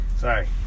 Sorry